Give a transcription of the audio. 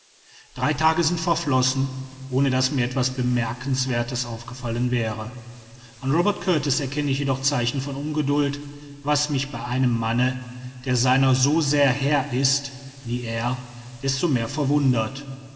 drei tage sind verflossen ohne daß mir etwas bemerkenswerthes aufgefallen wäre an robert kurtis erkenne ich jedoch zeichen von ungeduld was mich bei einem manne der seiner so sehr herr ist wie er desto mehr verwundert